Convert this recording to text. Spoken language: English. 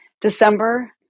december